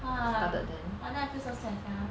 !wah! then I feel so sad sia